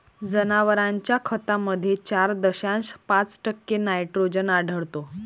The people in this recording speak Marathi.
जनावरांच्या खतामध्ये चार दशांश पाच टक्के नायट्रोजन आढळतो